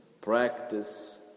Practice